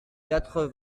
quatre